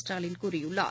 ஸ்டாலின் கூறியுள்ளார்